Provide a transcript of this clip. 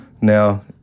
Now